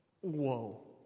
whoa